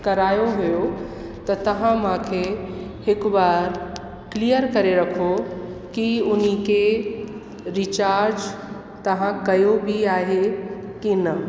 करायो हुयो त तव्हां मूंखे हिकु बार क्लियर करे रखो की उन्ही खे रिचार्ज तव्हां कयो बि आहे की न